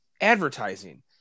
advertising